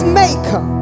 maker